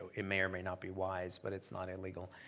it may or may not be wise, but it's not illegal.